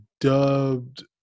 dubbed